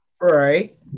Right